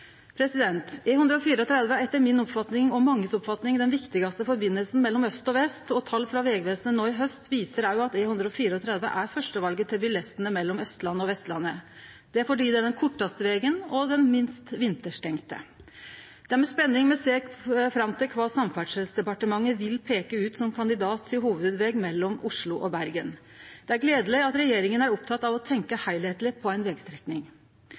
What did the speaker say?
etter mi og mange andre si oppfatning den viktigaste forbindelsen mellom aust og vest. Tal frå Vegvesenet no i haust viser òg at E134 er fyrstevalet til bilistane mellom Austlandet og Vestlandet. Det er fordi dette er den kortaste og den minst vinterstengde vegen. Det er med spenning me ser fram til kva Samferdselsdepartementet vil peike ut som kandidat til hovudveg mellom Oslo og Bergen. Det er gledeleg at regjeringa er oppteken av å tenkje heilskapleg på ei vegstrekning.